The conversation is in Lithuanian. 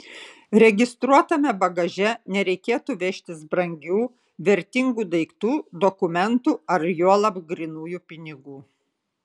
registruotame bagaže nereikėtų vežtis brangių vertingų daiktų dokumentų ar juolab grynųjų pinigų